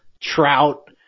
trout